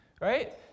Right